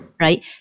Right